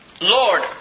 Lord